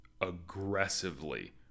aggressively